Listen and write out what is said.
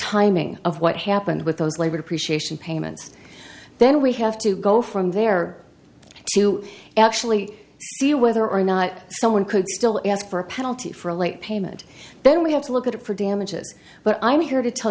timing of what happened with those labor depreciation payments then we have to go from there to actually see whether or not someone could still ask for a penalty for a late payment then we have to look at it for damages but i'm here to tell